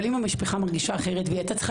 אבל אם המשפחה מרגישה אחרת והיא הייתה צריכה